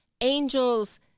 Angels